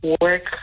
work